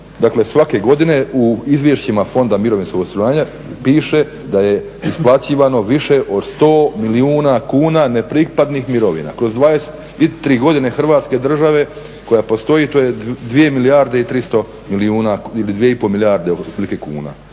Dakle, svake godine u izvješćima fonda Mirovinskog osiguranja piše da je isplaćivano više od 100 milijuna kuna nepripadnih mirovina kroz 23 godine Hrvatske države koja postoji, to je 2,3 milijuna ili 2,5 milijarde otprilike kuna.